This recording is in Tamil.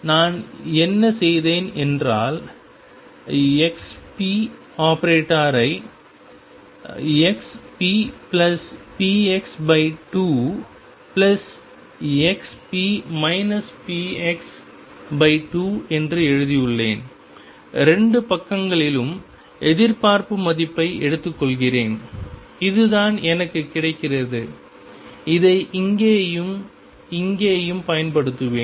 நான் என்ன செய்தேன் என்றால்⟨xp⟩ ஐ ⟨xppx⟩2⟨xp px⟩2 என்று எழுதியுள்ளேன் 2 பக்கங்களிலும் எதிர்பார்ப்பு மதிப்பை எடுத்துக்கொள்கிறேன் இதுதான் எனக்கு கிடைக்கிறது இதை இங்கேயும் இங்கேயும் பயன்படுத்துவேன்